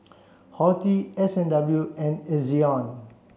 Horti S and W and Ezion